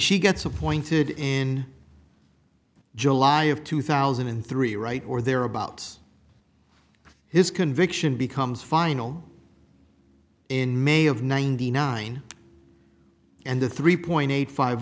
she gets appointed in july of two thousand and three right or thereabouts his conviction becomes final in may of ninety nine and the three point eight five